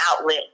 outlet